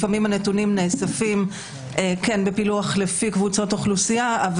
לפעמים הנתונים נאספים בפילוח לפי קבוצות אוכלוסייה,